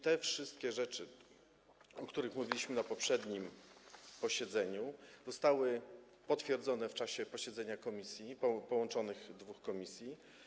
Te wszystkie rzeczy, o których mówiliśmy na poprzednim posiedzeniu, zostały potwierdzone w czasie posiedzenia dwóch połączonych komisji.